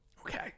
Okay